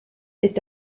est